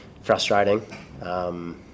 frustrating